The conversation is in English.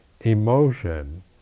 emotion